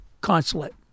consulate